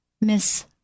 Miss